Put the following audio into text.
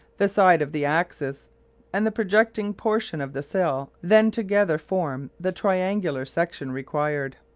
the side of the axis and the projecting portion of the sail then together form the triangular section required.